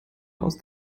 aus